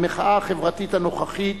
המחאה החברתית הנוכחית